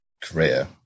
career